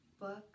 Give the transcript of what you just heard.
book